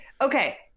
okay